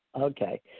Okay